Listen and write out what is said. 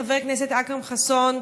חבר הכנסת אכרם חסון,